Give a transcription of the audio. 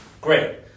Great